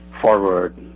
forward